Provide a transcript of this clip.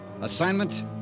Assignment